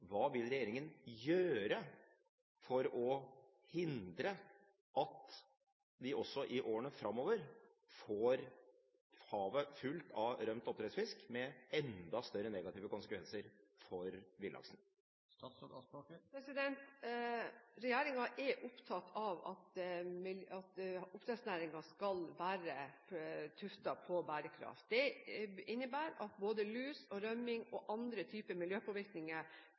Hva vil regjeringen gjøre for å hindre at vi også i årene framover får havet fullt av rømt oppdrettsfisk med enda større negative konsekvenser for villaksen? Regjeringen er opptatt av at oppdrettsnæringen skal være tuftet på bærekraft. Det innebærer at både lus og rømming og andre typer miljøpåvirkninger